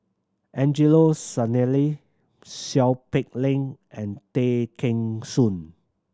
Angelo Sanelli Seow Peck Leng and Tay Kheng Soon